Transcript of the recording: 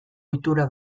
ohitura